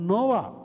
Noah